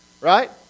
right